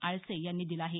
आळसे यांनी दिला आहे